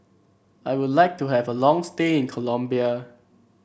I would like to have a long stay in Colombia